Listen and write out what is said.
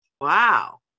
wow